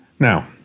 Now